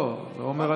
אני תמיד אמרתי.